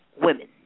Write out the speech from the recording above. women